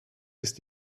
ist